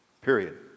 period